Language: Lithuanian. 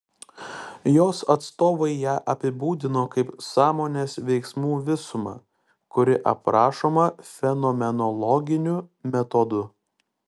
jos atstovai ją apibūdino kaip sąmonės veiksmų visumą kuri aprašoma fenomenologiniu metodu